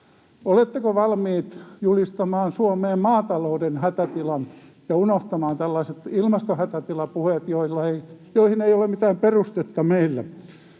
Oletteko valmiit julistamaan Suomeen maatalouden hätätilan ja unohtamaan tällaiset ilmastohätätilapuheet, joihin ei ole mitään perustetta meillä?